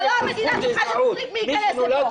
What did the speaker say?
זו לא המדינה שלך שתחליט מי יכנס לפה.